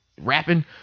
Rapping